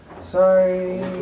Sorry